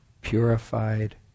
purified